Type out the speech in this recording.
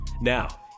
Now